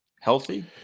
healthy